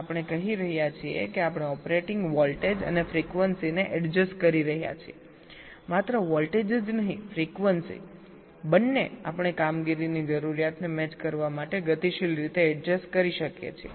આપણે કહી રહ્યા છીએ કે આપણે ઓપરેટિંગ વોલ્ટેજ અને ફ્રીક્વન્સીને એડજસ્ટ કરી રહ્યા છીએ માત્ર વોલ્ટેજ જ નહીં ફ્રીક્વન્સી બંને આપણે કામગીરીની જરૂરિયાતને મેચ કરવા માટે ગતિશીલ રીતે એડજસ્ટ કરી શકીએ છીએ